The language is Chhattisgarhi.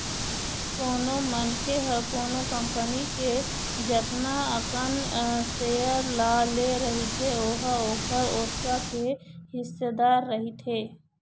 कोनो मनखे ह कोनो कंपनी के जतना अकन सेयर ल ले रहिथे ओहा ओखर ओतका के हिस्सेदार रहिथे